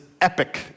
epic